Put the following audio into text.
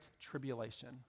tribulation